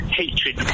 hatred